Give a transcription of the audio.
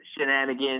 shenanigans